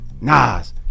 Nas